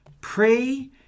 Pray